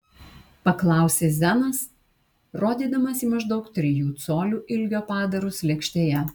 paklausė zenas rodydamas į maždaug trijų colių ilgio padarus lėkštėje